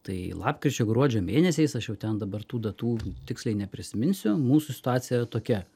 tai lapkričio gruodžio mėnesiais aš jau ten dabar tų datų tiksliai neprisiminsiu mūsų situacija yra tokia